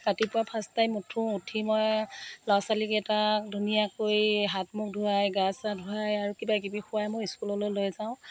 ৰাতিপুৱা first time উঠোঁ উঠি মই ল'ৰা ছোৱালীকেইটাক ধুনীয়াকৈ হাত মুখ ধুৱাই গা চা ধুৱাই আৰু কিবাকিবি খুৱাই মই স্কুললৈ লৈ যাওঁ